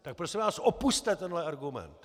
Tak prosím vás opusťte tenhle argument!